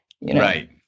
Right